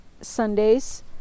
Sunday's